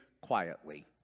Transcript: quietly